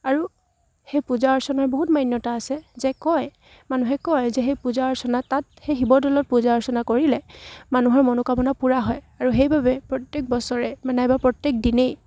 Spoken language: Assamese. আৰু সেই পূজা অৰ্চনাৰ বহুত মান্যতা আছে যে কয় মানুহে কয় যে সেই পূজা অৰ্চনা তাত সেই শিৱদৌলত পূজা অৰ্চনা কৰিলে মানুহৰ মনোকামনা পূৰা হয় আৰু সেইবাবে প্ৰত্যেক বছৰে মানে এবাৰ প্ৰত্যেক দিনেই